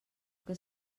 que